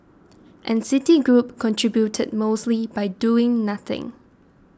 and Citigroup contributed mostly by doing nothing